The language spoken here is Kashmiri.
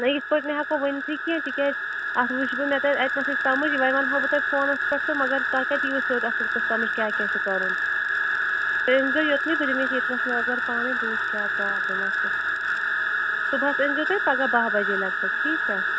نہ یِتھٕ پٲٹھۍ نےَ ہیٚکو ؤنۍتھٕے کیٚنٛہہ تِکیٛاز اَتھ وُچھٕ بہٕ مےٚ تَرِ اَتۍ نَسٕے سَمٕج وۅنۍ وَنہٕ ہا بہٕ تۅہہِ فونَس پیٚٹھ تہٕ مگر تۅہہِ کَتہِ یٖیوٕ سیٚود اَصٕل پٲٹھۍ سَمٕج کیٛاہ کیٛاہ چھُ کَرُن تُہۍ أنۍزیٚو یوٚتنٕے بہٕ دِمہٕ اَتھ ییٚتہِ نَس نَظر پانٕے بہٕ وُچھ کیٛاہ پرٛابلِم آسیٚس صُبحَس أنۍزیٚو تُہۍ پَگاہ باہ بَجے لَگ بَگ ٹھیٖک چھا